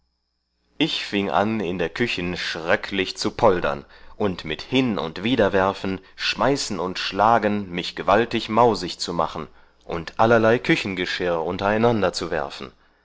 ich fieng an in der küchen schröcklich zu poldern und mit hin und wiederwerfen schmeißen und schlagen mich gewaltig mausig zu machen und allerlei küchengeschirr untereinander zu werfen